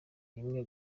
rimwe